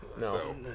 No